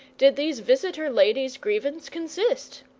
did these visitor-ladies' grievance consist?